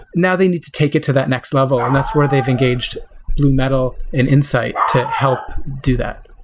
now, they need to take it to that next level, and that's where they've engaged blue metal and insight help do that.